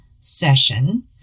session